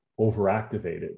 overactivated